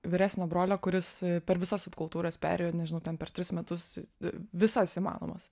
vyresnio brolio kuris per visas subkultūras perėjo nežinau ten per tris metus visas įmanomas